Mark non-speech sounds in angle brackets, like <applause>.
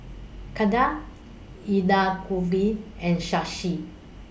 Ketna <unintelligible> and Shashi